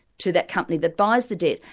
to that company that buys the debt.